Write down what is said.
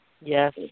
Yes